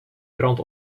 krant